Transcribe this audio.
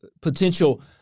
Potential